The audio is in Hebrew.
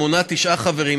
המונה תשעה חברים,